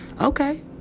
Okay